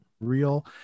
real